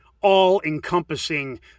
all-encompassing